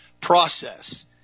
process